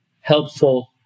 helpful